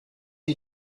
you